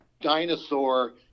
dinosaur